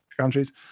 countries